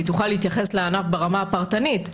והיא תוכל להתייחס לענף ברמה הפרטנית.